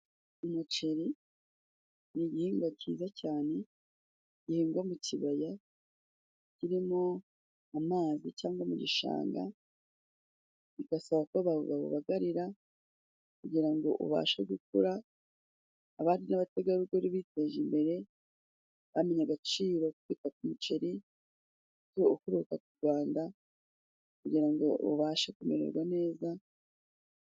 Umuceri ni igihingwa cyiza cyane gihingwa mu kibaya, kirimo amazi cyangwa mu gishanga, bigasaba ko abagabo babagarira kugirango ubashe gukura, abari n'abategarugori biteje imbere, bamenye agaciro ko kwita ku muceri muto ukomoka mu Rwanda kugira ngo ubashe kumererwa neza.